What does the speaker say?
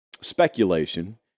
speculation